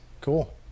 Cool